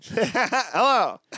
Hello